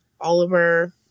Oliver